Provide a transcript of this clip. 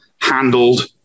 handled